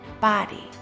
body